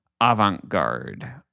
avant-garde